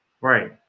Right